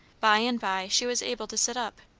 by and by she was able to sit up.